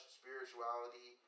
spirituality